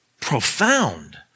profound